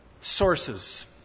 sources